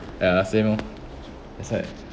ya same lor it's like